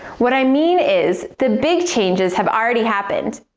what i mean is the big changes have already happened,